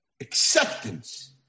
Acceptance